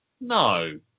no